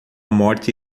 morte